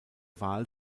wahl